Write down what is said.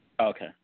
Okay